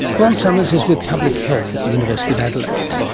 ron somers is with public health at the university of adelaide.